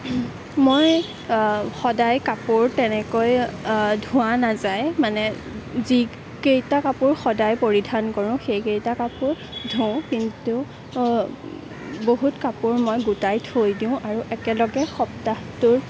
মই সদায় কাপোৰ তেনেকৈ ধোৱা নাযায় মানে যিকেইটা কাপোৰ সদায় পৰিধান কৰোঁ সেইকেইটা কাপোৰ ধুওঁ কিন্তু বহুত কাপোৰ মই গোটাই থৈ দিওঁ আৰু একেলগে সপ্তাহটোৰ